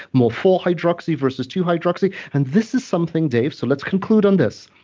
more four-hydroxy versus two-hydroxy? and this is something, dave, so let's conclude on this.